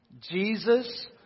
Jesus